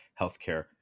healthcare